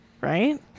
right